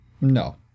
No